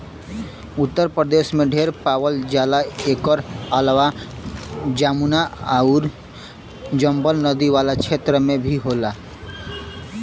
उत्तर प्रदेश में ढेर पावल जाला एकर अलावा जमुना आउर चम्बल नदी वाला क्षेत्र में भी होला